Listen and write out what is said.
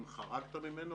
אם חרגת ממנו,